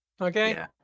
Okay